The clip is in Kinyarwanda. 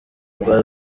rwa